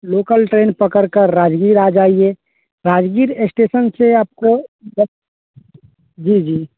local train पकड़कर राजगीर आ जाइए राजगीर स्टेशन से आपको जी जी